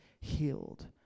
healed